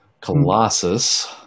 Colossus